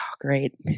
Great